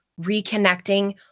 reconnecting